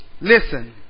Listen